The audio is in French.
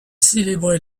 célébré